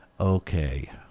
Okay